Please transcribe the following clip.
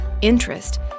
interest